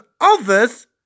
others